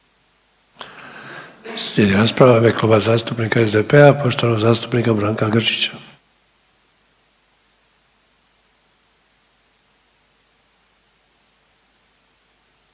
Slijedi rasprava u ime Kluba zastupnika SDP-a, poštovanog zastupnika Branka Grčića.